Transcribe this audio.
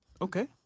Okay